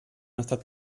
estat